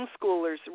homeschoolers